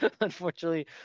Unfortunately